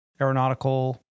Aeronautical